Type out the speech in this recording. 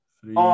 three